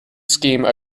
scheme